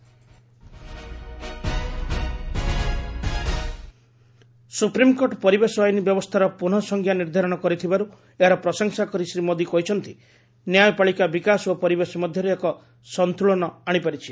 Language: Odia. ପିଏମ କୁଡିସିଆଲ କନ୍ଫରେନ୍ସ ସୁପ୍ରିମ୍କୋର୍ଟ ପରିବେଶ ଆଇନ ବ୍ୟବସ୍ଥାର ପୁନଃ ସଂଜ୍ଞା ନିର୍ଦ୍ଧାରଣ କରିଥିବାରୁ ଏହାର ପ୍ରଶଂସା କରି ଶ୍ରୀ ମୋଦି କହିଛନ୍ତି ନ୍ୟାୟପାଳିକା ବିକାଶ ଓ ପରିବେଶ ମଧ୍ୟରେ ଏକ ସନ୍ତୁଳନତା ଆଣିପାରିଛି